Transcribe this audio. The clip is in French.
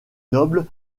noble